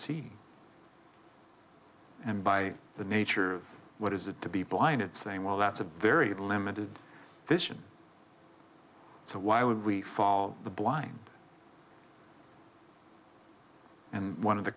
see and by the nature of what is it to be blinded saying well that's a very limited vision so why would we follow the blind and one of the